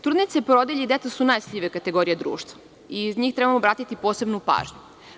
Trudnice, porodilje i deca su najosetljivije kategorije u društvu, i na njih trebamo obratiti posebnu pažnju.